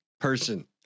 person